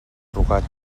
rugat